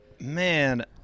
Man